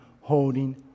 holding